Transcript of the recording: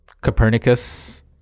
Copernicus